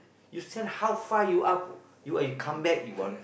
you stand how far you are you what you come back you were